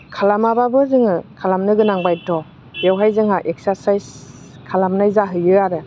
खालामाबाबो जोङो खालामनो गोनां बायद बेवहाय जोंहा एक्सारसाइस खालामनाय जाहैयो आरो